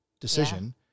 decision